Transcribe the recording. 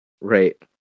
right